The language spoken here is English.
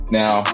now